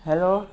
hello